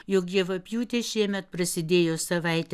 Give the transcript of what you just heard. jog javapjūtė šiemet prasidėjo savaite